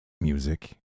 music